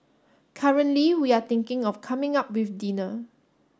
currently we are thinking of coming up with dinner